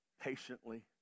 Patiently